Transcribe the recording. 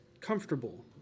comfortable